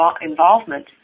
involvement